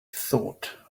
thought